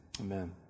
amen